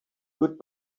good